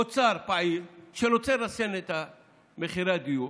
אוצר פעיל שרוצה לרסן את מחירי הדיור,